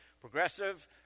progressive